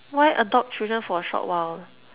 why adopt children for a short while